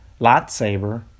lightsaber